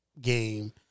game